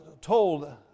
told